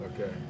Okay